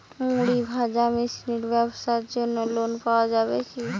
মুড়ি ভাজা মেশিনের ব্যাবসার জন্য লোন পাওয়া যাবে?